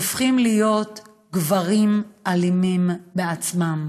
הופכים להיות גברים אלימים בעצמם.